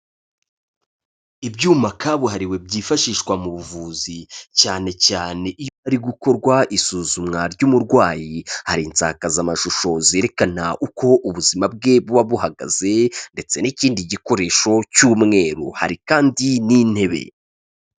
Ibyuma kabuhariwe byifashishwa mu buvuzi, cyane cyane iyo hari gukorwa isuzumwa ry'umurwayi, hari insakazamashusho zerekana uko ubuzima bwe buba buhagaze ndetse n'ikindi gikoresho cy'umweru, hari kandi n'intebe.